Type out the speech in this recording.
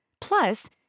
Plus